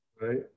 right